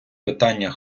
питання